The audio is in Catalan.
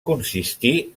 consistir